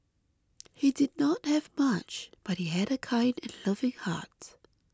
he did not have much but he had a kind and loving heart